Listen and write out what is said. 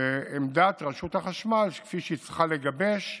ועמדת רשות החשמל כפי שהיא צריכה לגבש,